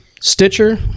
Stitcher